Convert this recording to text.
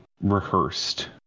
rehearsed